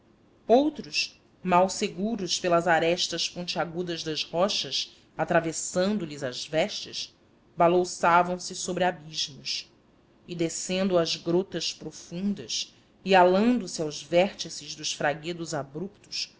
outros mal seguros pelas arestas pontiagudas das rochas atravessando lhes as vestes balouçavam se sobre abismos e descendo às grotas profundas e alando se aos vértices dos fraguedos abruptos